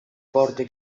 porte